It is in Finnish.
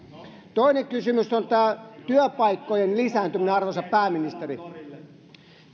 toinen kysymys on tämä työpaikkojen lisääntyminen arvoisa pääministeri